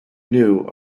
knew